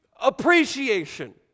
appreciation